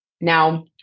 Now